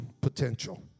potential